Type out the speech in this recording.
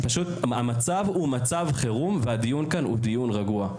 המצב הוא מצב חירום והדיון כאן הוא דיון רגוע,